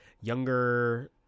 younger